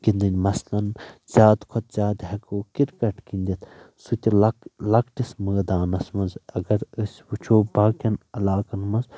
گِندٕنۍ مثلن زیادٕ کھۄتہٕ زیادٕ ہیٚکو کِرکٹ گندِتھ سُہ تہِ لۄ لۄکٕٹس مٲدانس منٛز اگر أسۍ وٕچھو باقیٚن علاقن منٛز